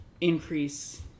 increase